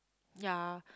yea